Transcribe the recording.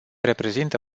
reprezintă